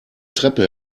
treppe